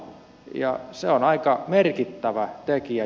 ja se on aika merkittävä tekijä